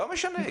לא משנה.